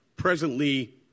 Presently